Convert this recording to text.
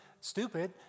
stupid